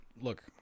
Look